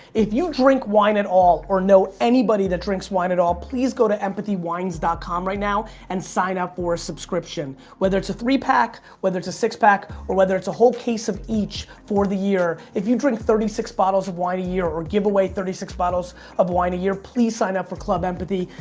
if you drink wine at all, or know anybody that drinks wine at all. please go to empathywines dot com right now and sign up for a subscription. whether it's a three pack, whether it's a six pack, or whether it's a whole case of each for the year. if you drink thirty six bottles of wine a year, or give away thirty six bottles of wine a year, please sign up for club empathy.